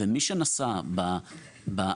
ומי שנשא באחריות,